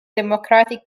democratic